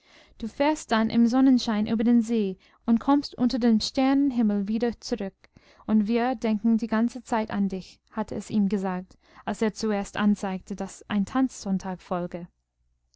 du fährst dann im sonnenschein über den see und kommst unter dem sternenhimmel wieder zurück und wir denken die ganze zeit an dich hatte es ihm gesagt als er zuerst anzeigte daß ein tanzsonntag folge